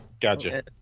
Gotcha